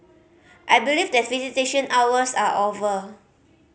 I believe that visitation hours are over